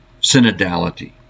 synodality